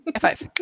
five